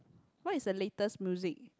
what is the latest music